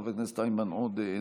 חבר הכנסת איימן עודה,